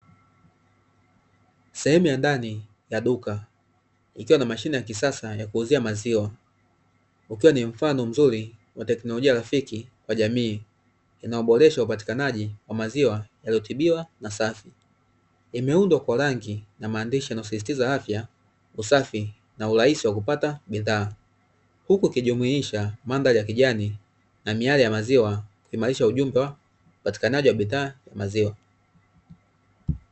Sehemu ya ndani ya duka ikiwa na mashine ya kisasa ya kuuzia maziwa. Ukiwa ni mfano mzuri wa teknolojia rafiki wa jamii inayoboreshwa upatikanaji wa maziwa yaliyotibiwa na safi. Imeundwa kwa rangi na maandishi yanayosisitiza afya, usafi na urahisi wa kupata bidhaa, huku ikijumuisha mandhari ya kijani na miale ya maziwa ya kuimarisha ujumbe wa upatikanaji wa bidhaa maziwa.